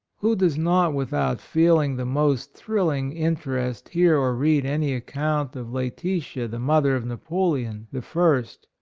who does not, without feel ing the most thrilling interest hear or read any account of laetitia, the mother of napoleon, the first,